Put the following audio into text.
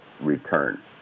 return